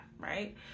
right